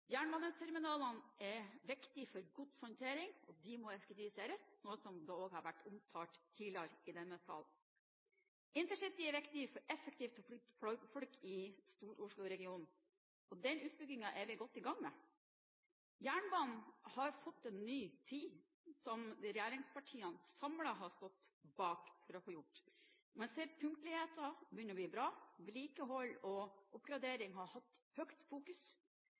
Jernbaneterminalene er viktige for godshåndtering, og de må effektiviseres, noe som også har vært omtalt tidligere i denne sal. Intercity er viktig for effektivt å flytte folk i Stor-Oslo-regionen, og den utbyggingen er vi godt i gang med. Jernbanen har fått en ny tid, noe regjeringspartiene samlet har stått bak for å få til. Man ser at punktligheten begynner å bli bra, og vedlikehold og oppgradering har hatt høyt fokus.